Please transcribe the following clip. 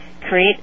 create